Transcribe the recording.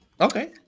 Okay